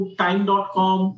time.com